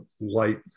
light